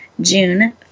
June